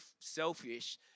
selfish